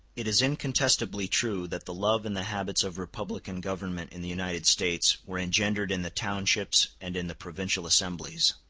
it is incontestably true that the love and the habits of republican government in the united states were engendered in the townships and in the provincial assemblies.